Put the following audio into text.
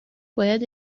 باید